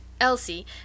Elsie